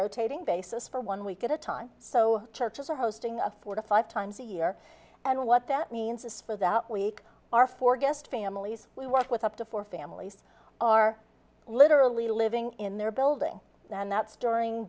rotating basis for one week at a time so churches are hosting a four to five times a year and what that means is for that week our four guest families we work with up to four families are literally living in their building and that's during